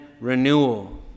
renewal